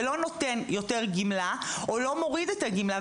זה לא נותן יותר גמלה או לא מוריד את הגמלה.